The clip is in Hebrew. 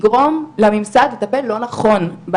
יגרום לממסד לטפל לא נכון,